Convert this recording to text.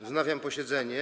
Wznawiam posiedzenie.